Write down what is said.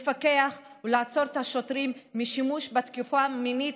לפקח ולעצור את השוטרים משימוש בתקיפה מינית